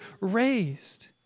raised